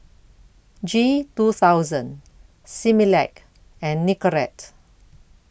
G two thousand Similac and Nicorette